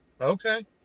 Okay